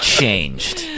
changed